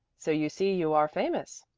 so you see you are famous.